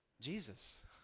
Jesus